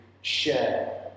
share